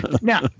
Now